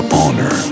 honor